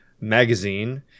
magazine